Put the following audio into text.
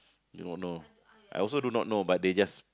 no no I also do not know but they just